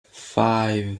five